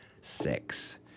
six